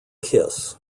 kiss